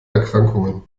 erkrankungen